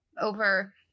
over